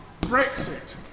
Brexit